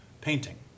painting